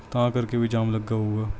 ਤਾਂ ਕਰਕੇ ਵੀ ਜਾਮ ਲੱਗਿਆ ਹੋਵੇਗਾ